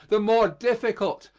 the more difficult,